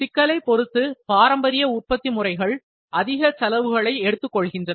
சிக்கலை பொருத்து பாரம்பரிய உற்பத்தி முறைகள் அதிக செலவுகளை எடுத்துக்கொள்கின்றன